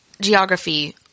Geography